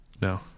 No